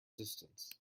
distance